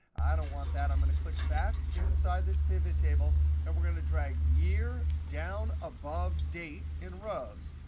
i don't want that. i'm going to click back inside this pivottable. and we're going to drag year down above date in rows.